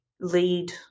lead